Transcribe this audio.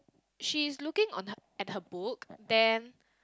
she looking on her at her book then